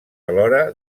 alhora